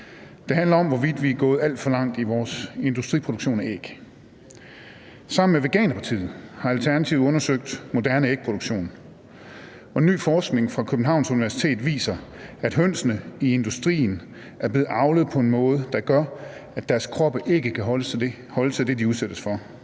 Det handler om, hvorvidt vi er gået alt for langt i vores industriproduktion af æg. Sammen med regeringspartiet har Alternativet undersøgt moderne ægproduktion, og ny forskning fra Københavns Universitet viser, at hønsene i industrien er blevet avlet på en måde, der gør, at deres kroppe ikke kan holde til det, de udsættes for.